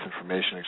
information